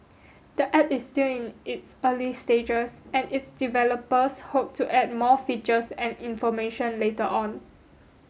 the app is still in its early stages and its developers hope to add more features and information later on